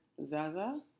Zaza